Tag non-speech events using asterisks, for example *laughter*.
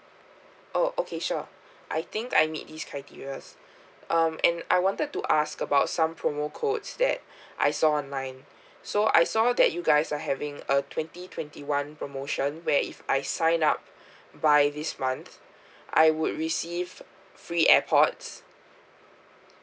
oh okay sure I think I meet these criteria um and I wanted to ask about some promo codes that *breath* I saw online *breath* so I saw that you guys are having a twenty twenty one promotion where if I sign up *breath* by this month *breath* I would receive free airpods